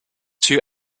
two